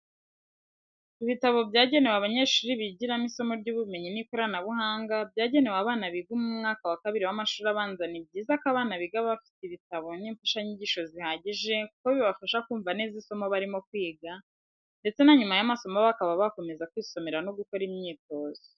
Ibitabo byanegewe abanyeshuri bigiramo isomo ry'ubumenyi n'ikoranabuhanga, byagenewe abana biga mu mwaka wa kabiri w'amashuri abanza ni byiza ko abana biga bafite ibitabo n'imfashanyigisho zihagije kuko bibafasha kumva neza isomo barimo kwiga, ndetse na nyuma y'amasomo bakaba bakomeza kwisomera no gukora imyitozo .